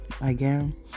again